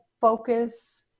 focus